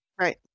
Right